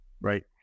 right